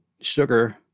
sugar